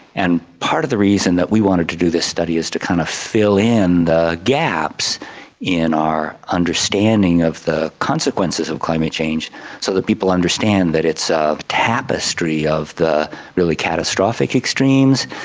and part of the reason that we wanted to do this study is to kind of fill in the gaps in our understanding of the consequences of climate change so that people understand that it's a tapestry of the really catastrophic extremes,